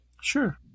Sure